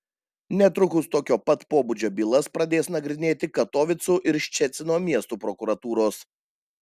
netrukus tokio pat pobūdžio bylas pradės nagrinėti katovicų ir ščecino miestų prokuratūros